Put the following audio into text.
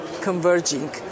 converging